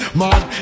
man